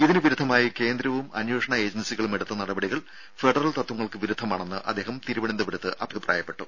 ഇതിന് വിരുദ്ധമായി കേന്ദ്രവും അന്വേഷണ ഏജൻസികളും എടുത്ത നടപടികൾ ഫെഡറൽ തത്വങ്ങൾക്ക് വിരുദ്ധമാണെന്ന് അദ്ദേഹം തിരുവനന്തപുരത്ത് അഭിപ്രായപ്പെട്ടു